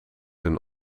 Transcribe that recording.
een